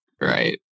right